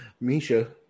Misha